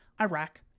Iraq